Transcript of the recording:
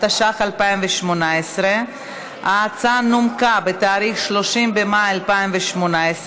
התשע"ח 2018. ההצעה נומקה בתאריך 30 במאי 2018,